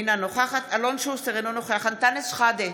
אינה נוכחת אלון שוסטר, אינו נוכח אנטאנס שחאדה,